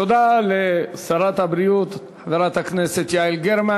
תודה לשרת הבריאות חברת הכנסת יעל גרמן.